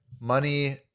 money